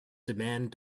demanded